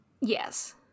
Yes